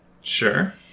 sure